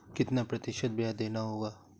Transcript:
कितना प्रतिशत ब्याज देना होगा?